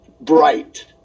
bright